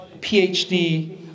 PhD